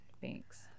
Thanks